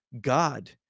God